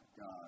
God